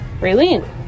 Raylene